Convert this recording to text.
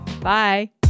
Bye